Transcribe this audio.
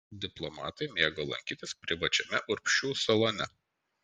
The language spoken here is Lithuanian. diplomatai mėgo lankytis privačiame urbšių salone